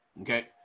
okay